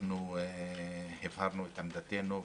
אנחנו הבהרנו את עמדתנו,